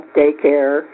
daycare